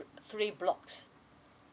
three blocks